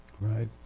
Right